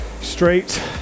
straight